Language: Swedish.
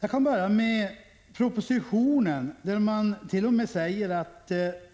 Jag kan börja med propositionen, där man t.o.m. säger att